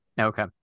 Okay